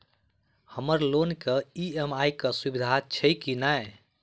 हम्मर लोन केँ ई.एम.आई केँ सुविधा छैय की नै?